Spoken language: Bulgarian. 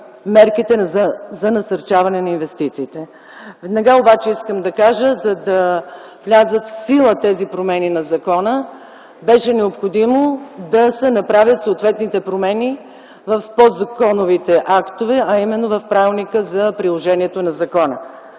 за насърчаване на инвестициите. Веднага обаче искам да кажа, че за да влязат в сила тези промени на закона беше необходимо да се направят съответните промени в подзаконовите актове, а именно в Правилника за приложението на закона.